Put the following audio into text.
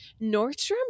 Nordstrom